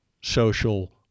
social